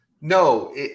No